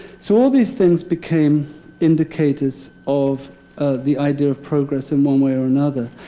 so all these things became indicators of the idea of progress, in one way or another.